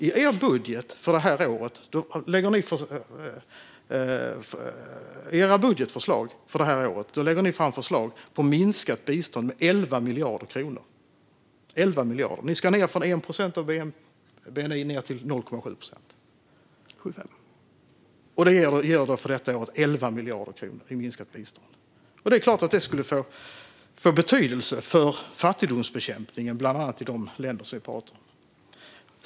I er budget för det här året föreslår ni ett minskat bistånd med 11 miljarder kronor. Ni vill gå från 1 procent av bni ned till 0,7 procent. Det ger för detta år 11 miljarder i minskat bistånd. Det är klart att det har en betydelse för fattigdomsbekämpningen i bland annat de länder vi pratar om.